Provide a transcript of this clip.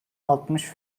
altmış